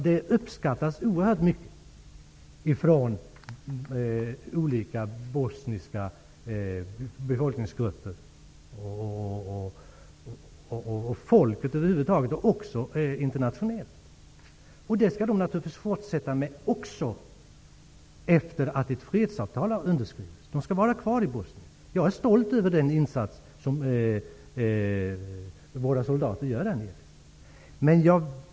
Den uppskattas oerhört av olika bosniska befolkningsgrupper och av folk över huvud taget, och också internationellt. Soldaterna skall naturligtvis fortsätta att göra en bra insats också efter det att ett fredsavtal har underskrivits. De skall vara kvar i Bosnien. Jag är stolt över den insats som våra soldater gör där nere.